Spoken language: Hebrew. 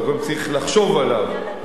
אבל קודם צריך לחשוב עליו,